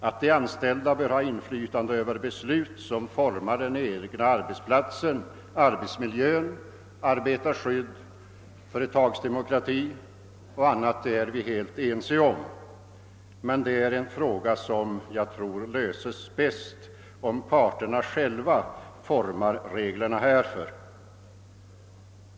Att de anställda bör ha inflytande över beslut som formar den egna arbetsplatsen, arbetsmiljön, arbetarskyddet, företagsdemokratin och annat sådant är vi helt överens om, men den frågan löses bäst om parterna själva formar reglerna härför.